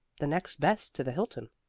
the next best to the hilton.